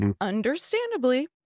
understandably